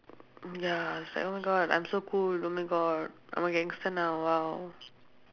ya sec one god I'm so cool oh my god I'm a gangster now !wow!